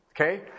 Okay